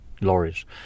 lorries